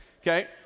okay